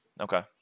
Okay